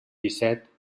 dèsset